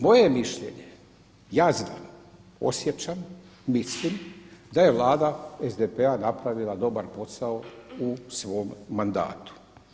Moje je mišljenje, ja osjećam, mislim, da je Vlada SDP-a napravila dobar posao u svom mandatu.